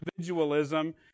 individualism